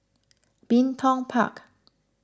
Bin Tong Park